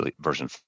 version